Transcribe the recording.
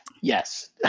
Yes